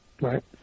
Right